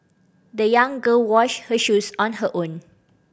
the young girl washed her shoes on her own